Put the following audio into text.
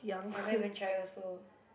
I haven't even try also